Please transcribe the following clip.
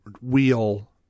wheel